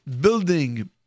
building